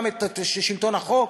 גם את שלטון החוק?